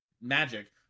magic